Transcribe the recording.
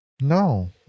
no